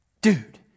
dude